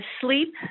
sleep